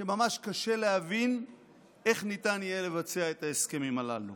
שבו ממש קשה להבין איך ניתן יהיה לבצע את ההסכמים הללו.